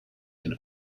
and